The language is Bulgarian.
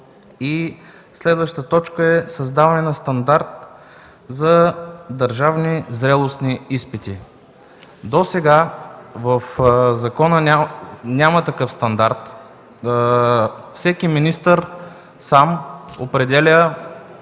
Следващата точка е създаване на стандарт за държавни зрелостни изпити. Досега в закона няма такъв стандарт. Всеки министър сам определя